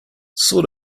sort